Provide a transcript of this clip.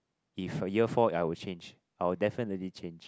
if a year four I will change I will definitely change